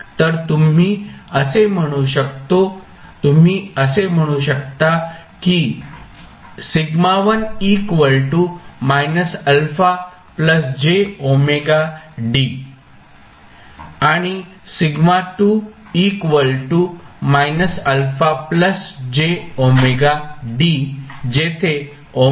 तर तुम्ही असे म्हणू शकतो की आणि जेथे